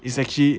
is actually